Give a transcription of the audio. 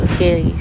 Okay